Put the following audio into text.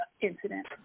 incident